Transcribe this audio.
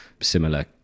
similar